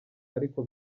ariko